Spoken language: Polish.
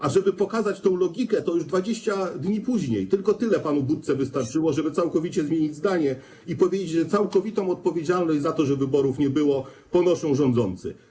A żeby pokazać tę logikę, to już 20 dni później, tylko tyle panu Budce wystarczyło, żeby całkowicie zmienić zdanie i powiedzieć, że całkowitą odpowiedzialność za to, że wyborów nie było, ponoszą rządzący.